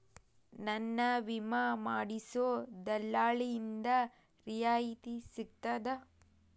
ನನ್ನ ವಿಮಾ ಮಾಡಿಸೊ ದಲ್ಲಾಳಿಂದ ರಿಯಾಯಿತಿ ಸಿಗ್ತದಾ?